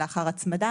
ולאחר הצמדה,